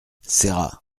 serra